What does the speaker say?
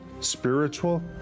spiritual